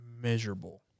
miserable